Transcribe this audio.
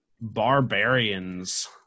Barbarians